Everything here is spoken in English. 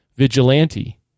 Vigilante